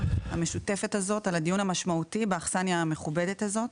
המשותפת הזו על הדיון המשמעותי באכסניה המכובדת הזו.